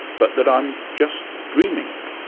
but that i'm just dreaming it?